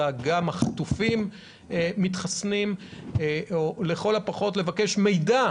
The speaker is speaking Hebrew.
גם החטופים מתחסנים או לכל הפחות לבקש מידע